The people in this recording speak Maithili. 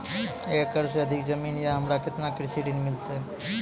एक एकरऽ से अधिक जमीन या हमरा केतना कृषि ऋण मिलते?